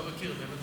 אני לא מכיר את זה.